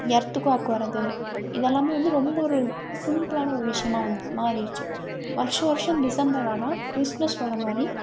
earth quack வரது இதெல்லாமே வந்து ரொம்ப ஒரு சிம்பிள்ளான ஒரு விஷயமாக வந்து மாறிடுச்சி வருஷா வருஷம் டிசம்பர் ஆனால் கிறிஸ்மஸ் வரமாதிரி